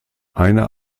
eine